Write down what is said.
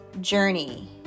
journey